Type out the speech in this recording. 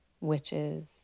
witches